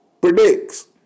predicts